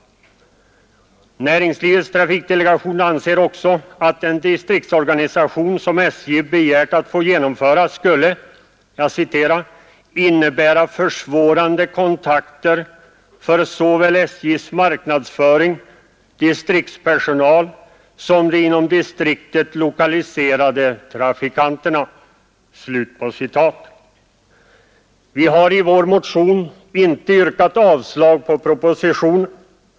Näringslivets trafikdelegation anser också att den distriktsorganisation som SJ begärt att få genomföra skulle ”innebära försvårade kontakter för såväl SJ:s marknadsföring, distriktspersonal som de inom distriktet lokaliserade trafikanterna”. Vi har i vår motion inte yrkat avslag på propositionen.